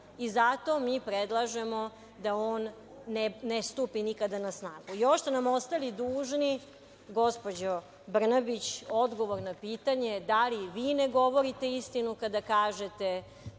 i zato mi predlažemo da on ne stupi nikada na snagu. Još ste nam ostali dužni, gospođo Brnabić, odgovor na pitanje da li vi ne govorite istinu kada kažete